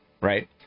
right